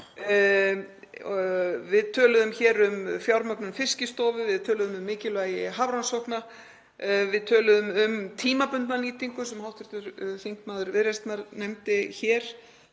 Við töluðum um fjármögnun Fiskistofu, við töluðum um mikilvægi hafrannsókna, við töluðum um tímabundna nýtingu sem hv. þm. Viðreisnar nefndi hér.